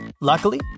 Luckily